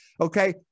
Okay